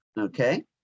Okay